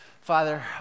Father